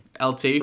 LT